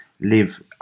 live